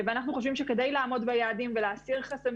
אנחנו חושבים שכדי לעמוד ביעדים ולהסיר חסמים